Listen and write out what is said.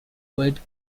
wade